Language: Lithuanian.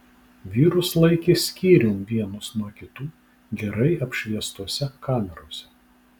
vyrus laikė skyrium vienus nuo kitų gerai apšviestose kamerose